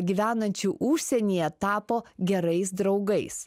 gyvenančių užsienyje tapo gerais draugais